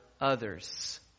others